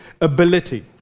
ability